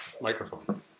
Microphone